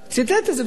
ציטט את זה, בסדר.